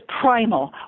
primal